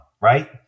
right